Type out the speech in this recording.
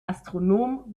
astronom